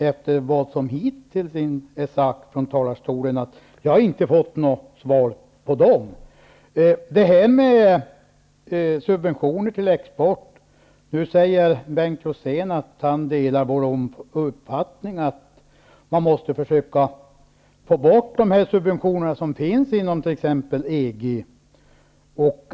Efter vad som hittills har sagts från talarstolen vill jag påstå att jag inte har fått något svar på de frågor jag har ställt. Bengt Rosén säger att han delar vår uppfattning att man måste försöka få bort de subventioner till export som finns inom t.ex. EG.